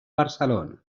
barcelona